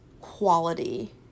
quality